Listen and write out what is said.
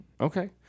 Okay